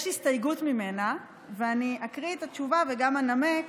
יש הסתייגות ממנה, ואני אקריא את התשובה וגם אנמק.